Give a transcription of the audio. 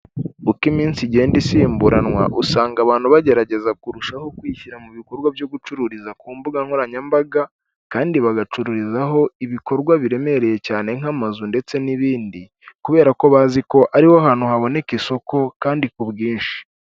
Uko iminsi igenda isimburanwa usanga abantu bagerageza kurushaho kwishyira mu bikorwa byo gucururiza ku mbuga nkoranyambaga kandi bagacururizaho ibikorwa biremereye cyane nk'amazu ndetse n'ibindi, kubera ko bazi ko ariho hantu haboneka isoko kandi ku bwinshi.